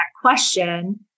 question